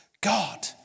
God